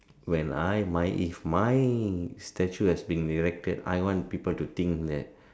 when I my if my statue has been erected I want people to think that